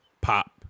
Pop